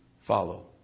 follow